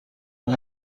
شما